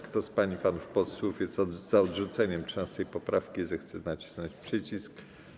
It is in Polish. Kto z pań i panów posłów jest za odrzuceniem 13. poprawki, zechce nacisnąć przycisk.